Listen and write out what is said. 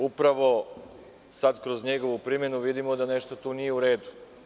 Upravo sada kroz njegovu primenu vidimo da tu nešto nije u redu.